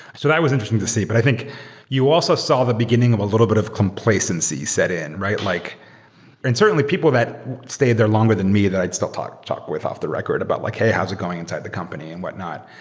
so that was interesting to see. but i think you also saw the beginning of a little bit of complacency set in. like and certainly, people that stay there longer than me that i still talk talk with off the record about like, hey, how is it going inside the company and whatnot?